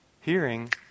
hearing